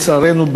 לצערנו,